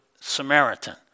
Samaritan